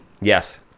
yes